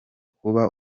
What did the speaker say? kuba